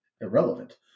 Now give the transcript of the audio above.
irrelevant